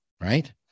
right